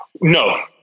No